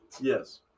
Yes